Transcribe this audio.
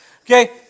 Okay